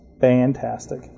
Fantastic